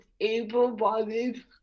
able-bodied